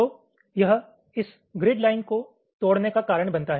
तो यह इस ग्रिड लाइन को तोड़ने का कारण बनता है